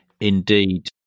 indeed